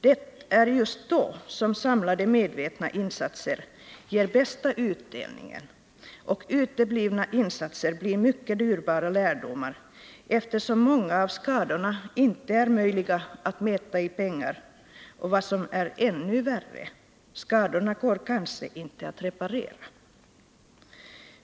Det är just då som samlade medvetna insatser ger bästa utdelningen, och uteblivna insatser blir mycket dyrbara lärdomar, eftersom många av skadorna inte är möjliga att mäta i pengar. Och vad som är ännu värre: skadorna går kanske inte att reparera.